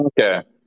Okay